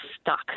stuck